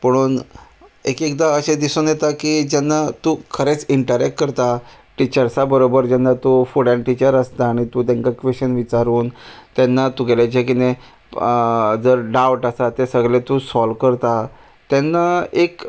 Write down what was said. पुणून एक एकदां अशें दिसून येता की जेन्ना तूं खरेंच इंटरॅक करता टिचर्सां बरोबर जेन्ना तूं फुड्यान टिचर आसता आनी तूं तांकां क्वॅश्शन विचारून तेन्ना तुगेले जे किदे जर डावट आसा ते सगले तूं सॉल्व करता तेन्ना एक